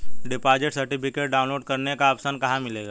Deposit certificate download करने का option कहां मिलेगा?